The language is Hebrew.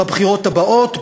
בבחירות הבאות,